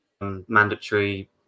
mandatory